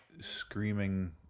screaming